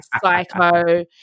psycho